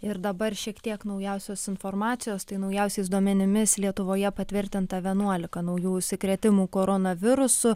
ir dabar šiek tiek naujausios informacijos tai naujausiais duomenimis lietuvoje patvirtinta vienuolika naujų užsikrėtimų koronavirusu